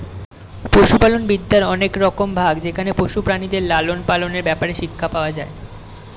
পশুপালন বিদ্যার অনেক রকম ভাগ যেখানে পশু প্রাণীদের লালন পালনের ব্যাপারে শিক্ষা পাওয়া যায়